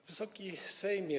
Wysoki Sejmie!